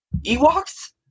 ewoks